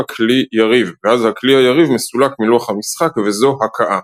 כלי יריב ואז הכלי היריב מסולק מלוח המשחק וזו "הכאה".